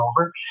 over